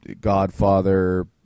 Godfather